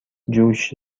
جوش